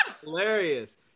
Hilarious